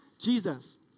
Jesus